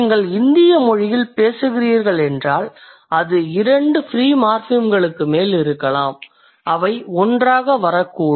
நீங்கள் இந்திய மொழியில் பேசுகிறீர்கள் என்றால் அது இரண்டு ஃப்ரீ மார்ஃபிம்களுக்கு மேல் இருக்கலாம் அவை ஒன்றாக வரக்கூடும்